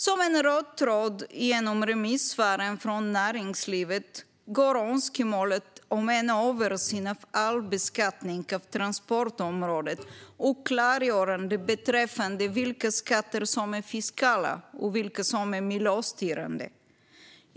Som en röd tråd genom remissvaren från näringslivet går önskemålet om en översyn av all beskattning av transportområdet och ett klargörande beträffande vilka skatter som är fiskala och vilka som är miljöstyrande.